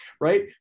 right